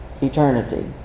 eternity